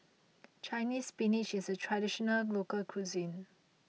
Chinese Spinach is a traditional local cuisine